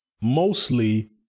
mostly